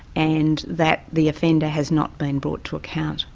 and that the offender has not been brought to account.